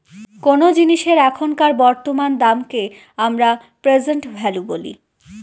কোনো জিনিসের এখনকার বর্তমান দামকে আমরা প্রেসেন্ট ভ্যালু বলি